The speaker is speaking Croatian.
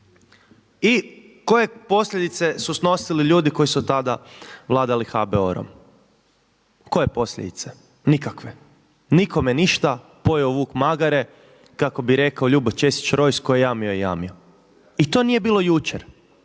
I koje posljedice su snosili ljudi koji su tada vladali HBOR-om? Koje posljedice? Nikakve. Nikome ništa, pojeo vuk magare, kako bi rekao Ljubo Česić Rojs „Tko je jamio jamio je.“. I to nije bilo jučer,